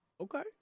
Okay